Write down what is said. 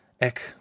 Ek